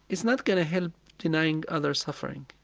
it's not going to help denying other suffering.